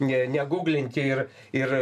ne ne guglinti ir ir